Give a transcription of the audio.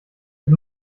wir